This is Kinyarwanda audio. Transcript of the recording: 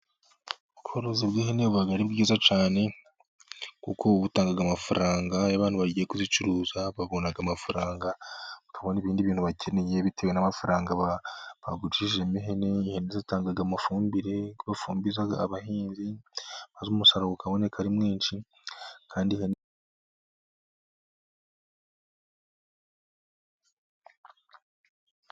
Ubworozi bw'hene buba ari bwiza cyane kuko ubu butanga amafaranga iyo abantu bagiye kuzicuruza, babona amafaranga. Bakabona ibindi bintu bakeneye, bitewe n'amafaranga bagurije. Ihene zitanga amafumbire bafumbiriza, abahinzi bazi umusaruro kaboneka ari mwinshi kandi hen ...